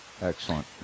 Excellent